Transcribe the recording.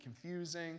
confusing